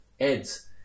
ads